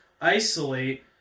isolate